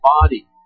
body